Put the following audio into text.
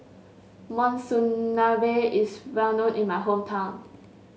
Monsunabe is well known in my hometown